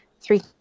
Three –